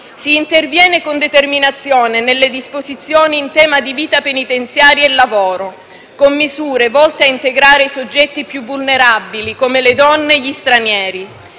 Si interviene con determinazione nelle disposizioni in tema di vita penitenziaria e lavoro, con misure volte ad integrare i soggetti più vulnerabili, come le donne e gli stranieri.